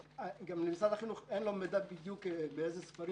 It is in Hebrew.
למשרד החינוך אין מידע מדויק איזה ספרים